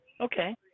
okay